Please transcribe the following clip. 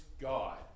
God